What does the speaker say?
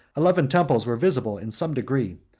eleven temples were visible in some degree,